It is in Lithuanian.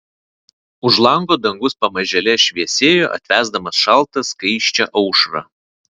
už lango dangus pamažėle šviesėjo atvesdamas šaltą skaisčią aušrą